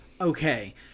okay